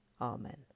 Amen